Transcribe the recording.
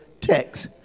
text